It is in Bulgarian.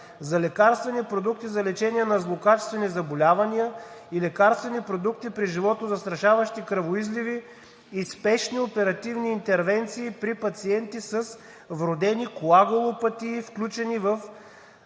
за лекарствени продукти за лечение на злокачествени заболявания и лекарствени продукти при животозастрашаващи кръвоизливи и спешни оперативни интервенции при пациенти с вродени коагулопатии, включени в